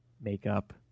Makeup